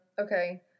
Okay